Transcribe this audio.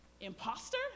Imposter